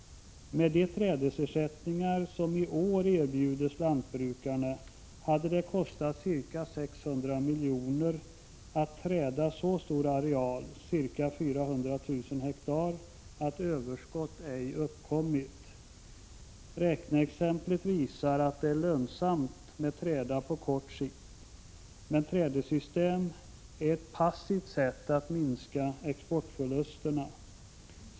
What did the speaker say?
Med de trädesersättningar som i år erbjuds lantbrukarna hade det kostat ca 600 milj.kr. att träda så stor areal — ca 400 000 ha — att överskott ej uppkommit. Räkneexemplet visar att det är lönsamt med träda på kort sikt. Men trädessystem är ett passivt sätt att minska exportförlusterna.